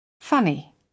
funny